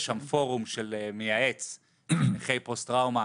יש שם פורום שמייעץ לנכי פוסט טראומה